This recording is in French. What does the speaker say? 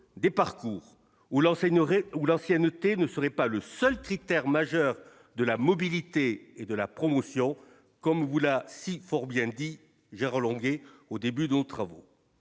aurait ou l'ancienneté ne serait pas le seul critère majeur de la mobilité et de la promotion comme vous la si fort bien dit Gérard Longuet au début, d'autres travaux,